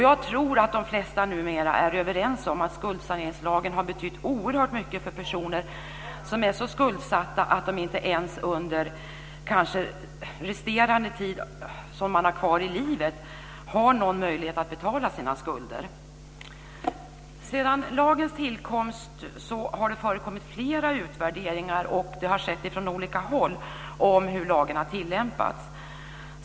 Jag tror att de flesta numera är överens om att skuldsaneringslagen har betytt oerhört mycket för personer som är så skuldsatta att de kanske inte ens under resterande tid av livet har någon möjlighet att betala sina skulder. Sedan lagens tillkomst har det förekommit flera utvärderingar, och det har skett från olika håll, om hur lagen har tillämpats.